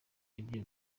ibyo